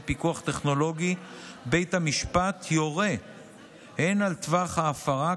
פיקוח טכנולוגי בית המשפט יורה הן על טווח ההפרה,